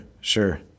Sure